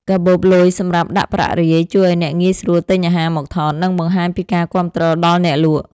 កាបូបលុយសម្រាប់ដាក់ប្រាក់រាយ ជួយឱ្យអ្នកងាយស្រួលទិញអាហារមកថត និងបង្ហាញពីការគាំទ្រដល់អ្នកលក់។